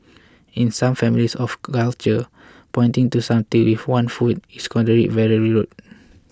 in some families or cultures pointing to something with one's foot is considered very rude